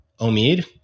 Omid